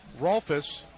Rolfus